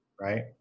Right